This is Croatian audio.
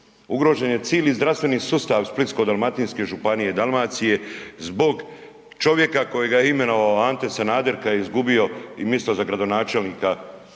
ugrožen je cili zdravstveni sustav Splitsko-dalmatinske županije i Dalmacije zbog čovjeka kojega je imenovao Ante Sanader kad je izgubio misto za gradonačelnika Omiša,